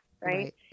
right